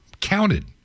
counted